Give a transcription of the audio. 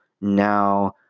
now